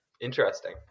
Interesting